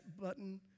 button